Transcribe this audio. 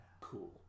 Cool